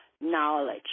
knowledge